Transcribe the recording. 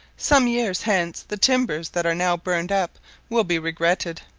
some years hence the timbers that are now burned up will be regretted.